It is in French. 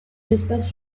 l’espace